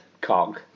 Cog